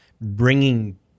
bringing